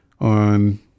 on